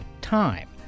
time